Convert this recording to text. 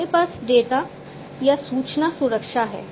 हमारे पास डेटा या सूचना सुरक्षा है